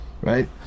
Right